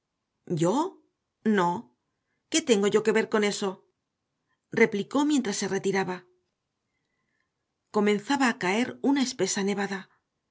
yo no qué tengo yo que ver con eso replicó mientras se retiraba comenzaba a caer una espesa nevada